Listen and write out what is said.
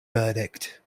verdict